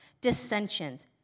dissensions